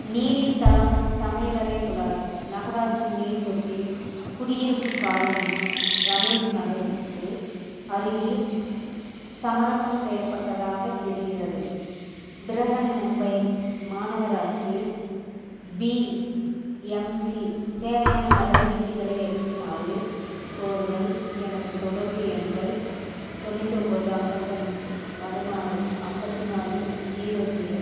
நீரின் தரம் சமையலறை குழாய் நகராட்சி நீர் தொட்டி குடியிருப்பு காலனி ரமேஷ் நகருக்கு அருகில் சமரசம் செய்யப்பட்டதாகத் தெரிகிறது பிரஹன்மும்பை மாநகராட்சி பிஎம்சி தேவையான நடவடிக்கைகளை எடுக்குமாறு கோருதல் எனது தொடர்பு எண்கள் தொண்ணூற்று ஒம்பது ஐம்பத்தஞ்சு பதினாறு ஐம்பத்தி நாலு ஜீரோ ஜீரோ